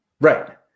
right